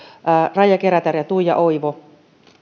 raija kerätär ja tuija oivo